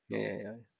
ya ya ya